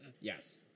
Yes